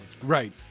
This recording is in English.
Right